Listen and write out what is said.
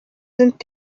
sind